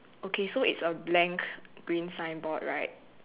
okay so it's a blank green sign board right